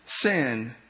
sin